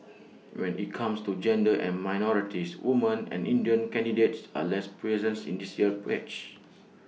when IT comes to gender and minorities women and Indian candidates are less presents in this year's batch